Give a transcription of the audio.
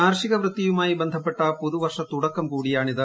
കാർഷിക വൃത്തിയുമായി ബന്ധപ്പെട്ട പുതുവർഷത്തുടക്കം കൂടിയാണിത്